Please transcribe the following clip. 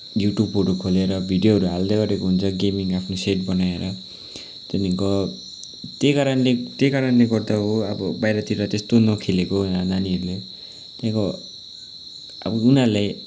युट्युबहरू खोलेर भिडियोहरू हाल्दै गरेको हुन्छ गेमिङ आफ्नो सेट बनाएर त्यहाँदेखिको त्यही कारणले त्यही कारणले गर्दा हो अब बाहिरतिर त्यस्तो नखेलेको नानीहरू त्यहाँको अब उनीहरूले